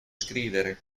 scrivere